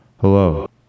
Hello